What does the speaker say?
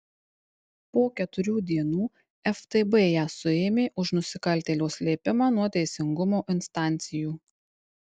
po keturių dienų ftb ją suėmė už nusikaltėlio slėpimą nuo teisingumo instancijų